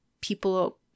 people